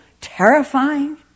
terrifying